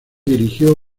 dirigió